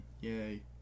yay